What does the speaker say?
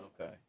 Okay